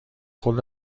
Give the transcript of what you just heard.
خود